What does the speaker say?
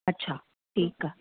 अच्छा ठीकु आहे